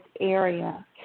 area